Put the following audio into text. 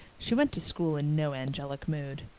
she went to school in no angelic mood.